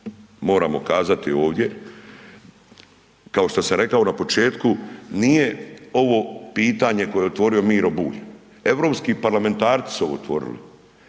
moramo kazati ovdje kao što sam rekao na početku nije ovo pitanje koje je otvorio Miro Bulj, europski parlamentarci su ovo otvorili.